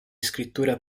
scrittura